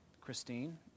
Christine